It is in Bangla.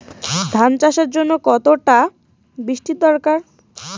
ধান চাষের জন্য কতটা বৃষ্টির দরকার?